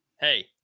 hey